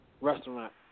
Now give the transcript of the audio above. restaurant